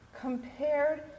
compared